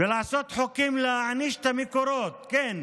ולעשות חוקים להעניש את המקורות, כן,